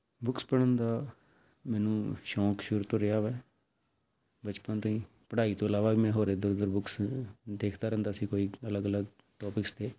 books ਪੜ੍ਹਨ ਦਾ ਮੈਨੂੰ ਸ਼ੌਕ ਸ਼ੁਰੂ ਤੋਂ ਰਿਹਾ ਹੈ ਬਚਪਨ ਤੋਂ ਹੀ ਪੜ੍ਹਾਈ ਤੋਂ ਇਲਾਵਾ ਵੀ ਮੈਂ ਹੋਰ ਇੱਧਰ ਉੱਧਰ ਬੁੱਕਸ ਨੂੰ ਦੇਖਦਾ ਰਹਿੰਦਾ ਸੀ ਕੋਈ ਅਲਗ ਅਲਗ ਟੌਪਿਕਸ 'ਤੇ